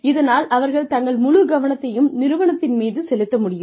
இதனால் அவர்கள் தங்கள் முழு கவனத்தையும் நிறுவனத்தின் மீது செலுத்த முடியும்